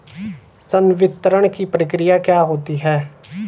संवितरण की प्रक्रिया क्या होती है?